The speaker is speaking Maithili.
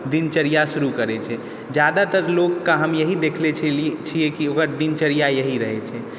दिनचर्या शुरू करै छै ज्यादातर लोकके हम यही देखले छलिए ओकर दिनचर्या यही रहै छै